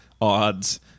odds